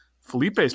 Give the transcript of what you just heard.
felipe's